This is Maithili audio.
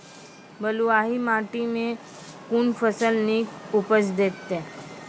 बलूआही माटि मे कून फसल नीक उपज देतै?